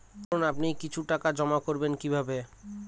ধরুন আপনি কিছু টাকা জমা করবেন কিভাবে?